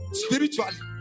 spiritually